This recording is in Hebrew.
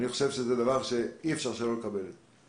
אי אפשר לקבל את זה.